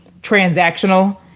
transactional